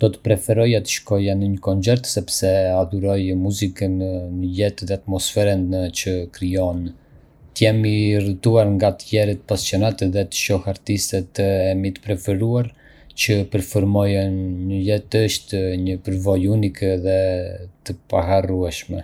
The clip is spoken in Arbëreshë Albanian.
Do të preferoja të shkoja në një koncert sepse adhuroj muzikën në jetë dhe atmosferën që krijon. Të jem i rrethuar nga të tjerë pasionantë dhe të shoh artistët e mi të preferuar që performojnë në jet është një përvojë unike dhe të paharrueshme.